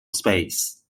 space